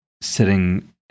Sitting